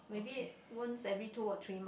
maybe once every two or three month